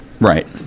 Right